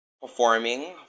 performing